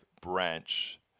branch